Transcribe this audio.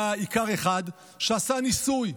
היה איכר אחד שעשה ניסוי.